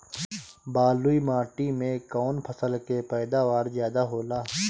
बालुई माटी में कौन फसल के पैदावार ज्यादा होला?